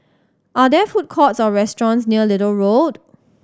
are there food courts or restaurants near Little Road